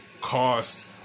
cost